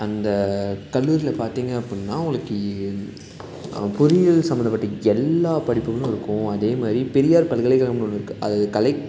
அந்த கல்லூரியில பார்த்தீங்க அப்படின்னா உங்களுக்கு பொறியியல் சம்மந்தப்பட்ட எல்லாப் படிப்புகளும் இருக்கும் அதே மாதிரி பெரியார் பல்கலைக்கலகமும் இருக்கும் அது கலை